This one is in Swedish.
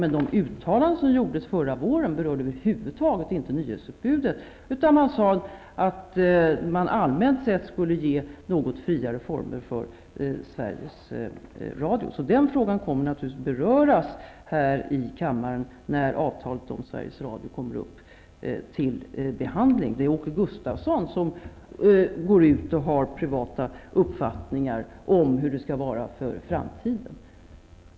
Men de uttalanden som gjordes förra våren berörde över huvud taget inte nyhetsutbudet, utan det sades att man allmänt sett skulle ge något friare former för Sveriges Radio. Den frågan kommer naturligtvis att beröras i kammaren då avtalet när det gäller Sveriges Radio kommer upp till behandling. Det är Åke Gustavsson som går ut med privata uppfattningar om hur det skall vara i framtiden.